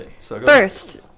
First